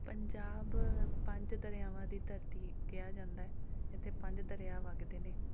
ਪੰਜਾਬ ਪੰਜ ਦਰਿਆਵਾਂ ਦੀ ਧਰਤੀ ਕਿਹਾ ਜਾਂਦਾ ਇੱਥੇ ਪੰਜ ਦਰਿਆ ਵਗਦੇ ਨੇ